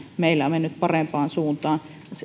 meillä mennyt parempaan suuntaan